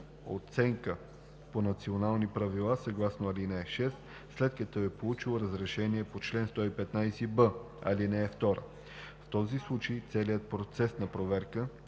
оценка по национални правила съгласно ал. 6, след като е получило разрешение по чл. 115б, ал. 2. В този случай целият процес на проверка